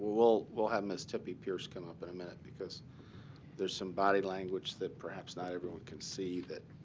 well, we'll have miss tippey pierce come up in a minute because there's some body language that perhaps not everyone can see that